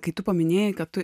kai tu paminėjai kad tu